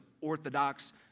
orthodox